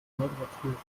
überprüfen